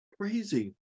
Crazy